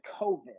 COVID